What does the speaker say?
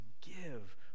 give